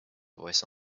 voice